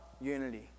unity